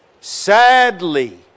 Sadly